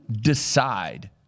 decide